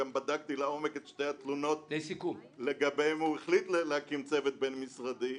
גם בדקתי לעומק את שתי התלונות לגביהן הוא החליט להקים צוות בין-משרדי,